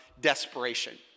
desperation